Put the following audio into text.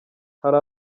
hari